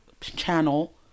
channel